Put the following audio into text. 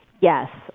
Yes